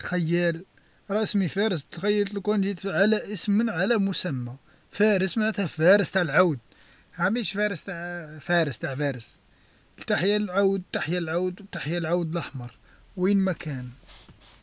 خيال رسمي فارس تخيلت لوكان جيت على اسم على مسمى فارس معناتها فارس تاع العود ها مش فارس تاع فارس تع فارس، تحية للعود تحية للعود تحية للعود لحمر وين ما كان.